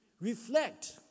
Reflect